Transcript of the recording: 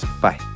Bye